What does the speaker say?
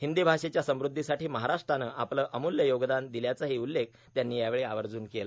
हिंदी भाषेच्या समृद्धीसाठी महाराष्ट्रानं आपलं अमुल्य योगदान दिल्याचाही उल्लेख त्यांनी यावेछी आवर्जुन केला